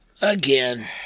Again